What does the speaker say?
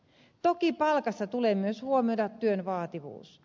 toki palkassa tulee myös huomioida työn vaativuus